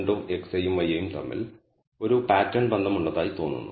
വീണ്ടും xi യും yi യും തമ്മിൽ ഒരു പാറ്റേൺ ബന്ധം ഉള്ളതായി തോന്നുന്നു